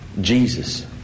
Jesus